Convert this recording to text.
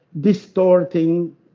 distorting